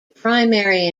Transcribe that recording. primary